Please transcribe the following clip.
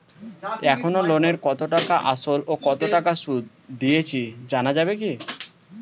এখনো লোনের কত টাকা আসল ও কত টাকা সুদ দিয়েছি জানা যাবে কি?